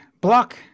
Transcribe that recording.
block